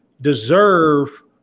deserve